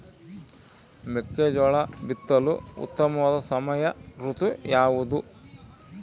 ಮೆಕ್ಕೆಜೋಳ ಬಿತ್ತಲು ಉತ್ತಮವಾದ ಸಮಯ ಋತು ಯಾವುದು?